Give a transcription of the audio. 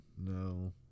No